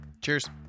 Cheers